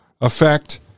effect